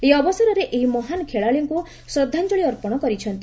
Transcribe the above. ଏହି ଅବସରରେ ଏହି ମହାନ୍ ଖେଳାଳିଙ୍କୁ ଶ୍ରଦ୍ଧାଞ୍ଞଳି ଅର୍ପଣ କରିଛନ୍ତି